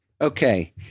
Okay